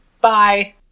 Bye